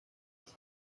برای